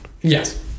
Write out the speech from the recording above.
yes